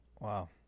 Wow